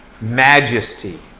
majesty